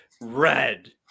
red